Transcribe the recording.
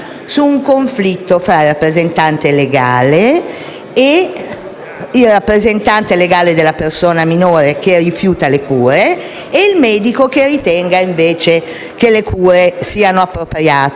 il rappresentante legale della persona minore, che rifiuta le cure, e il medico che ritenga invece che le cure siano appropriate. Quando c'è questo conflitto - posto che